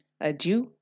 adieu